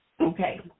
Okay